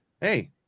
hey